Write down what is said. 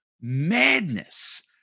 madness